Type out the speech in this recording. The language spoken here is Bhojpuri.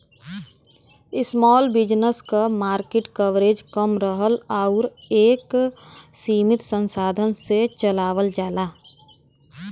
स्माल बिज़नेस क मार्किट कवरेज कम रहला आउर इ एक सीमित संसाधन से चलावल जाला